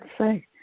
say